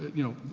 you know,